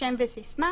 שם וסיסמה